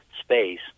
space